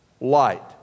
light